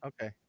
okay